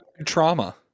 trauma